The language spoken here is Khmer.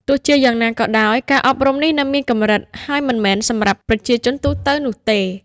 ទោះជាយ៉ាងណាក៏ដោយ ការអប់រំនេះនៅមានកម្រិត ហើយមិនមែនសម្រាប់ប្រជាជនទូទៅនោះទេ។